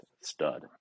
stud